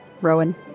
Rowan